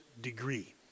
degree